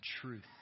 truth